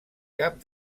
cap